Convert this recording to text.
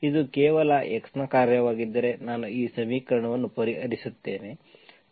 ಇದು ಕೇವಲ x ನ ಕಾರ್ಯವಾಗಿದ್ದರೆ ನಾನು ಈ ಸಮೀಕರಣವನ್ನು ಪರಿಹರಿಸುತ್ತೇನೆ ನಾನು ಈ ಫಾರ್ಮ್ ಅನ್ನು ಪಡೆಯುತ್ತೇನೆ